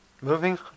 Moving